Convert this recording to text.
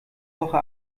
woche